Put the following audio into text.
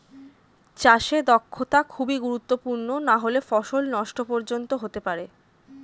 চাষে দক্ষতা খুবই গুরুত্বপূর্ণ নাহলে ফসল নষ্ট পর্যন্ত হতে পারে